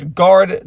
guard